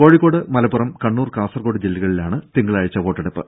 കോഴിക്കോട് മലപ്പുറം കണ്ണൂർ കാസർകോട് ജില്ലകളിലാണ് തിങ്കളാഴ്ച വോട്ടെടുപ്പ്